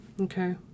Okay